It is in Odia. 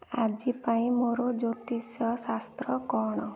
ଆଜି ପାଇଁ ମୋର ଜ୍ୟୋତିଷ ଶାସ୍ତ୍ର କ'ଣ